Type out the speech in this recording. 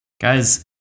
Guys